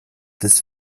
des